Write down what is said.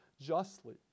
justly